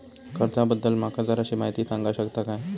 कर्जा बद्दल माका जराशी माहिती सांगा शकता काय?